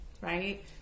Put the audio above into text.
Right